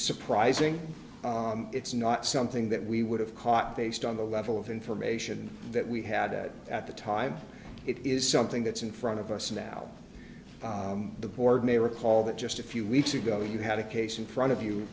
surprising it's not something that we would have caught based on the level of information that we had at the time it is something that's in front of us now the board may recall that just a few weeks ago you had a case in front of you